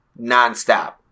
nonstop